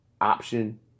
option